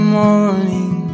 morning